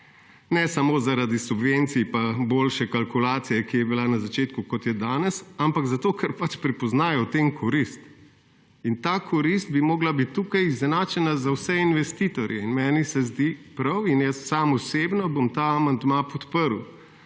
ne samo zaradi subvencij pa boljše kalkulacije, ki je bila na začetku kot je danes, ampak zato, ker pač prepoznajo v tem korist in ta korist bi morala biti tukaj izenačena za vse investitorje in meni se zdi prav in jaz sam osebno bom ta amandma podprl.